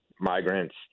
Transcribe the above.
Migrants